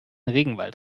regenwald